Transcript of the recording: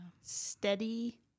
Steady